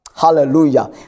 Hallelujah